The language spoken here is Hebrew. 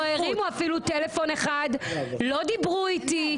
לא הרימו אפילו טלפון אחד, לא דיברו איתי.